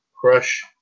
Crush